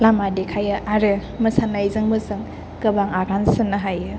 लामा देखायो आरो मोसानायजोंबो जों गोबां आगान सुरनो हायो